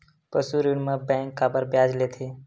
पशु ऋण म बैंक काबर ब्याज लेथे?